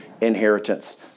inheritance